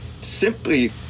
simply